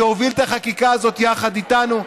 שהוביל את החקיקה הזאת יחד איתנו.